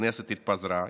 הכנסת התפזרה.